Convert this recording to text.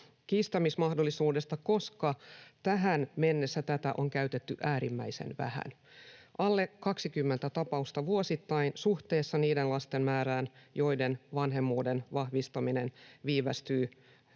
kiistämismahdollisuudesta, koska tähän mennessä sitä on käytetty äärimmäisen vähän, alle 20 tapausta vuosittain, suhteessa niiden lasten määrään, joiden vanhemmuuden vahvistaminen viivästyy